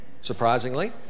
surprisingly